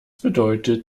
bedeutet